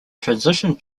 transition